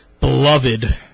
beloved